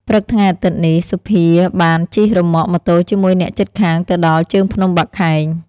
ព្រឹកថ្ងៃអាទិត្យនេះ សុភាបានជិះរឺម៉កម៉ូតូជាមួយអ្នកជិតខាងទៅដល់ ជើងភ្នំបាខែង ។